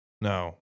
no